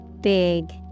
Big